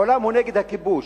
העולם הוא נגד הכיבוש,